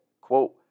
quote